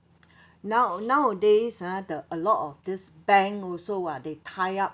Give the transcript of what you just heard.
now nowadays ah the a lot of this bank also ah they tie up